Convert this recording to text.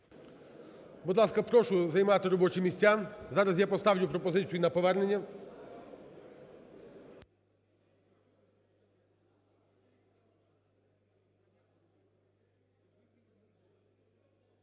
Будь ласка, прошу займати робочі місця. Зараз я поставлю пропозицію на повернення.